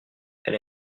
elle